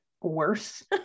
worse